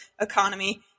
economy